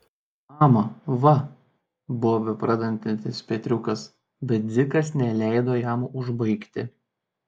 mama va buvo bepradedantis petriukas bet dzikas neleido jam užbaigti